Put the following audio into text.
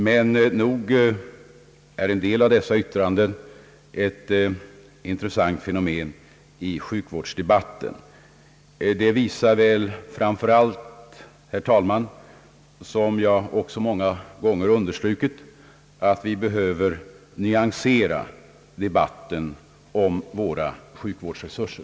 Men nog är en del av dessa yttranden ett intressant fenomen i sjukvårdsdebatten. Det visar väl framför allt, herr talman, som jag också många gånger understrukit, att vi behöver nyansera debatten om våra sjukvårdsresurser.